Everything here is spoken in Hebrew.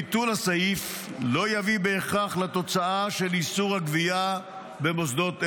ביטול הסעיף לא יביא בהכרח לתוצאה של איסור הגבייה במוסדות אלה.